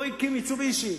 "מיצובישי".